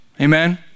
Amen